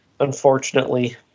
Unfortunately